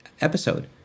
episode